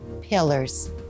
pillars